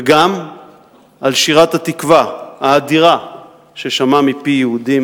וגם על שירת "התקווה" האדירה ששמע מפי יהודים